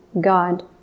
God